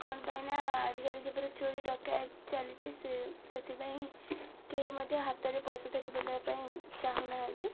କ'ଣ ପାଇଁ ନା ଆଜିକାଲି ଯେପରି ଚୋରି ଡକାୟତ ଚାଲିଛଇ ସେ ସେଥିପାଇଁ କେହି ମଧ୍ୟ ହାତରେ ପଇସା ଧରି ବୁଲିବା ପାଇଁ ଚାହୁଁନାହାନ୍ତି